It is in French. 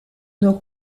nord